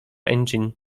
engine